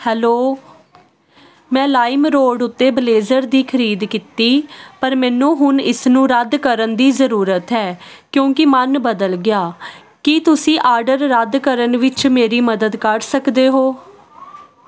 hello ਮੈਂ LimeRoad ਉੱਤੇ blazer ਦੀ ਖਰੀਦ ਕੀਤੀ ਪਰ ਮੈਨੂੰ ਹੁਣ ਇਸ ਨੂੰ ਰੱਦ ਕਰਨ ਦੀ ਜ਼ਰੂਰਤ ਹੈ ਕਿਉਂਕਿ ਮਨ ਬਦਲ ਗਿਆ ਕੀ ਤੁਸੀਂ ਆਰਡਰ ਰੱਦ ਕਰਨ ਵਿੱਚ ਮੇਰੀ ਮਦਦ ਕਰ ਸਕਦੇ ਹੋ